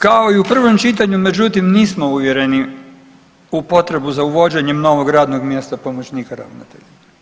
Kao i u prvom čitanju međutim nismo uvjereni u potrebu za uvođenjem novog radnog mjesta pomoćnika ravnatelja.